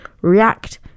react